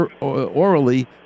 orally